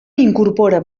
incorpora